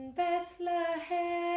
bethlehem